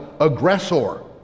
aggressor